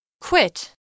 Quit